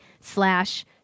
slash